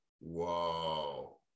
Whoa